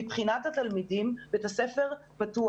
מבחינת התלמידים בית הספר פתוח.